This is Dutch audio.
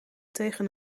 tegen